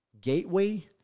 gateway